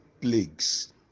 plagues